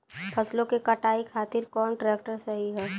फसलों के कटाई खातिर कौन ट्रैक्टर सही ह?